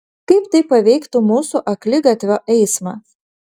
kaip tai paveiktų mūsų akligatvio eismą